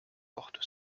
porte